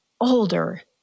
older